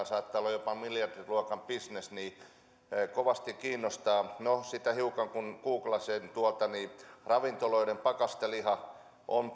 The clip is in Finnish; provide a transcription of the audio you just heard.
saattaa olla jopa miljardiluokan bisnes niin että kovasti kiinnostaa no sitä hiukan kun googlasin ravintoloiden pakasteliha on